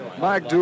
Mike